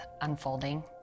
unfolding